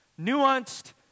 nuanced